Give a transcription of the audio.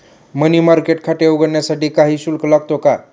मनी market खाते उघडण्यासाठी काही शुल्क लागतो का?